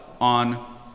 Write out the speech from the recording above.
on